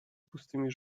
pustymi